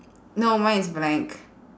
no mine is blank